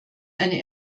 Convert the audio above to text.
eine